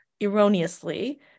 erroneously